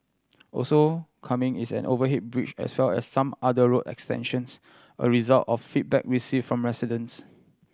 also coming is an overhead bridge as well as some other road extensions a result of feedback received from residents